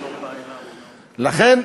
לכן,